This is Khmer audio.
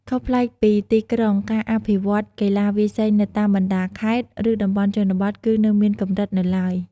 ខុសប្លែកពីទីក្រុង ការអភិវឌ្ឍន៍កីឡាវាយសីនៅតាមបណ្ដាខេត្ត ឬតំបន់ជនបទគឺនៅមានកម្រិតនៅទ្បើយ។